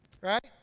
Right